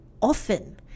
often